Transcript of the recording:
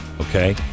Okay